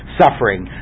suffering